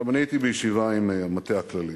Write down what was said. אני הייתי בישיבה עם המטה הכללי,